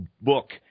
book